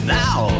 now